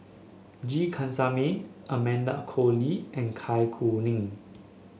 G Kandasamy Amanda Koe Lee and Kai Kuning